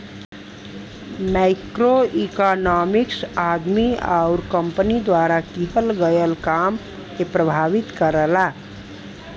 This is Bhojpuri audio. मैक्रोइकॉनॉमिक्स आदमी आउर कंपनी द्वारा किहल गयल काम के प्रभावित करला